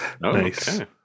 Nice